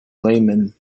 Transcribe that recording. laymen